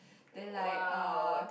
then like uh